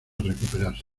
recuperarse